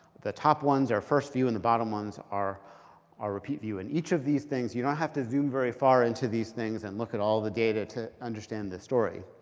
the top ones are first view and the bottom ones are are repeat view. and each of the things, you don't have to zoom very far into these things and look at all the data to understand the story.